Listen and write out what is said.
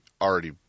already